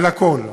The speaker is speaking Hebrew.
על הכול.